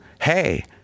hey